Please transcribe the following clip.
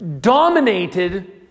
dominated